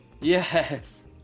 yes